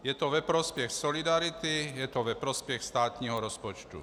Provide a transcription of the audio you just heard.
Je to ve prospěch solidarity, je to ve prospěch státního rozpočtu.